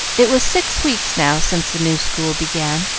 it was six weeks now since the new school began,